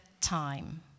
time